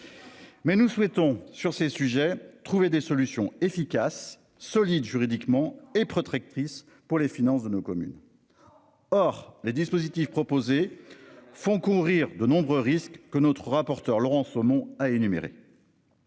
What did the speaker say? Mais nous souhaitons sur ces sujets, trouver des solutions efficaces solide juridiquement et protectrice pour les finances de nos communes. Or les dispositifs proposés. Font courir de nombreux risques que notre rapporteur Laurent Somon a énuméré.